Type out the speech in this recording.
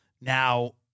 Now